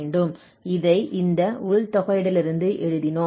இதை இந்த உள் தொகையிடலிலிருந்து எழுதினோம்